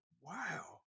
wow